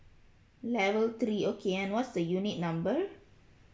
level three okay and what's the unit number